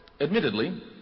admittedly